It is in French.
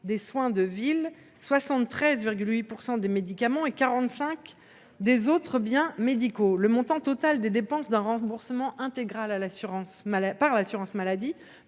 des soins de ville, 73,8 % des médicaments et 45 % des autres biens médicaux. Le montant total des dépenses d’un remboursement intégral par l’assurance maladie